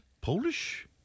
Polish